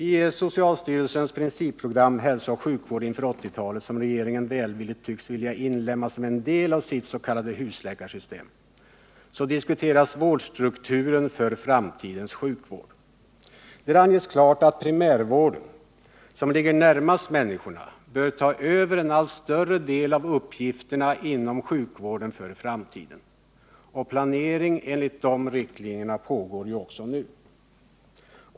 I socialstyrelsens principprogram Hälsooch sjukvård inför 80-talet, som regeringen välvilligt tycks vilja inlemma som en del av sitt s.k. husläkarsystem, diskuteras vårdstrukturen för framtidens sjukvård. Där anges klart att primärvården, som ligger närmast människorna, bör ta över en allt större del av uppgifterna inom sjukvården för framtiden. Planering enligt dessa riktlinjer pågår också.